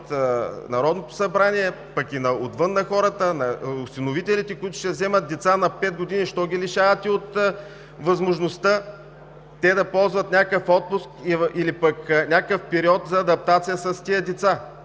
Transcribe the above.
от Народното събрание, пък и отвън на хората, на осиновителите, които ще вземат деца над 5 години, защо ги лишавате от възможността те да ползват някакъв отпуск или пък някакъв период за адаптация с тези деца?